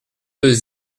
deux